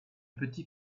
petit